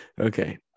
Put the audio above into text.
Okay